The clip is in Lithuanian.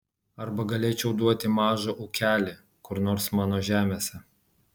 arba galėčiau duoti mažą ūkelį kur nors mano žemėse